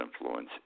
influence